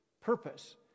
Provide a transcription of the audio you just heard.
Purpose